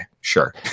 sure